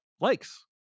likes